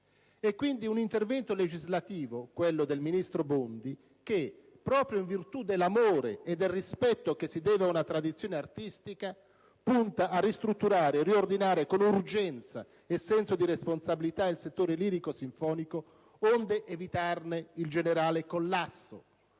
È quindi un intervento legislativo, quello del ministro Bondi che, proprio in virtù dell'amore e del rispetto che si deve ad una tradizione artistica, punta a ristrutturare e riordinare con urgenza e senso di responsabilità il settore lirico-sinfonico, onde evitarne il generale collasso.